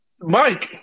Mike